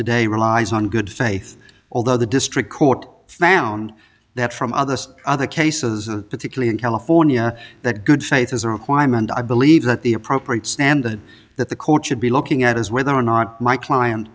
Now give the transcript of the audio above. today relies on good faith although the district court found that from other other cases particularly in california that good faith has a requirement i believe that the appropriate standard that the court should be looking at is whether or not my client